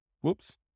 Whoops